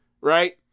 right